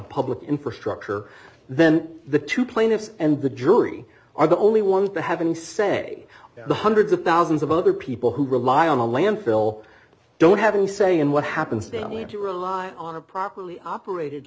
public infrastructure then the two plaintiffs and the jury are the only ones to have any say the hundreds of thousands of other people who rely on a landfill don't have any say in what happens they only have to rely on a properly operated